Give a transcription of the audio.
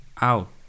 out